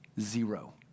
zero